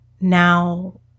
now